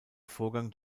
vorgang